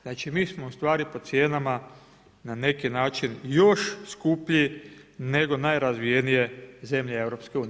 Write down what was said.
Znači mi smo ustvari po cijenama na neki način još skuplji nego najrazvijenije zemlje EU.